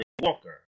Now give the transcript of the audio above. Walker